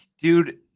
dude